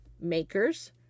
makers